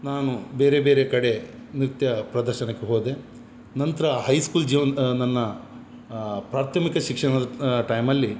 ನಾನು ಬೇರೆ ಬೇರೆ ಕಡೆ ನೃತ್ಯ ಪ್ರದರ್ಶನಕ್ಕೆ ಹೋದೆ ನಂತರ ಹೈ ಸ್ಕೂಲ್ ಜೀವನ ನನ್ನ ಪ್ರಾಥಮಿಕ ಶಿಕ್ಷಣದ ಟೈಮಲ್ಲಿ